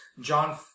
John